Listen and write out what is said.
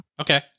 Okay